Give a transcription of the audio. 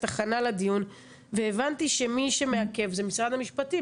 הכנה לדיון והבנתי שמי שמעכב זה משרד המשפטים,